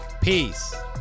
Peace